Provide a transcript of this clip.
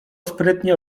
sprytnie